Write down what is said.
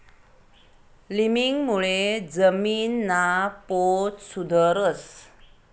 लिमिंगमुळे जमीनना पोत सुधरस